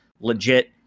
legit